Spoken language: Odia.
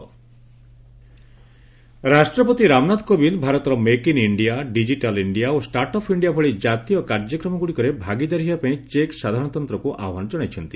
ରାଷ୍ଟ୍ରପତି ଇଣ୍ଡିଆନ ଡିସ୍ପୋରା ରାଷ୍ଟ୍ରପତି ରାମନାଥ କୋବିନ୍ଦ ଭାରତର make in India digital India ଓ ଷ୍ଟାର୍ଟ ଅପ୍ ଇଣ୍ଡିଆ ଭଳି କାର୍ଯ୍ୟକ୍ରମ ଗୁଡିକରେ ଭାଗିଦାରୀ ହେବା ପାଇଁ ଚେକ୍ ସାଧାରଣତନ୍ତ୍ରକୁ ଆହ୍ୱାନ ଜଣାଇଛନ୍ତି